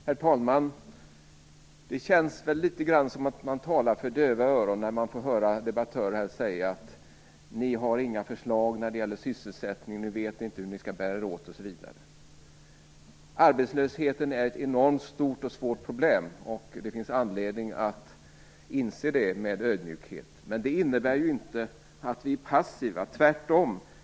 Herr talman! Det känns litet grand som att tala för döva öron när man hör debattörer säga att vi inte har några förslag när det gäller sysselsättningen, att vi inte vet hur vi skall bära oss åt osv. Arbetslösheten är ett enormt stort och svårt problem. Det finns anledning att med ödmjukhet inse det. Men det innebär inte att vi är passiva, tvärtom.